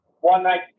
one-night